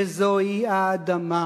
וזוהי האדמה.